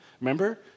Remember